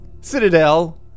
Citadel